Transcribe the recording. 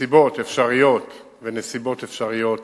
סיבות אפשריות ונסיבות אפשריות